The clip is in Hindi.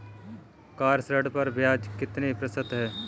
कार ऋण पर ब्याज कितने प्रतिशत है?